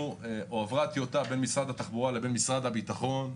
הועברה טיוטה בין משרד התחבורה למשרד הביטחון,